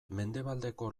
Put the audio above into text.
mendebaldeko